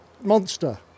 monster